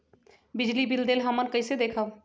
बिजली बिल देल हमन कईसे देखब?